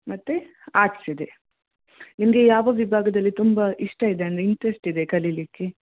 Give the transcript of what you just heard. ಮತ್ತು ಆರ್ಟ್ಸ್ ಇದೆ ನಿಮಗೆ ಯಾವ ವಿಭಾಗದಲ್ಲಿ ತುಂಬ ಇಷ್ಟ ಇದೆ ಅಂದರೆ ಇಂಟ್ರೆಸ್ಟ್ ಇದೆ ಕಲಿಯಲಿಕ್ಕೆ